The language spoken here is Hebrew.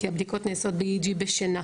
כי הבדיקות נעשות ב-EEG בשינה.